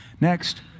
Next